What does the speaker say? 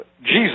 Jesus